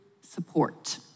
support